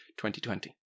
2020